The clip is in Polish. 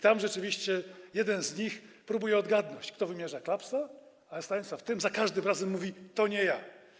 Tam rzeczywiście jeden z nich próbuje odgadnąć, kto wymierza klapsa, a Stanisław Tym za każdym razem mówi: To nie ja.